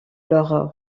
leurs